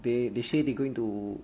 they they say they going to